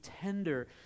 tender